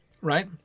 right